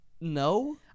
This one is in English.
no